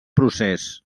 procés